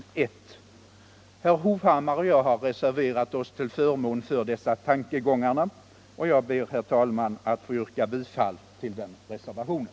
Herr Hovhammar och jag har reserverat oss till förmån för dessa tankegångar, och jag ber, herr talman, att få yrka bifall till reservationen.